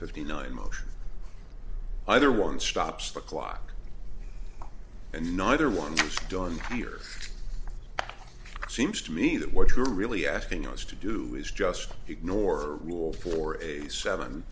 fifty nine motion either one stops the clock and neither one is done here it seems to me that what you're really asking us to do is just ignore rules for a seven